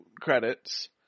credits